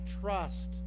trust